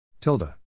Tilda